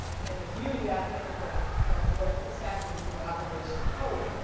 and the beauty, i think, of of what is happening through operation hope,